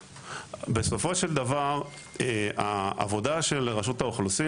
בסופו של דבר העבודה של רשות האוכלוסין